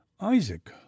isaac